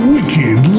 Wicked